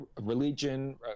religion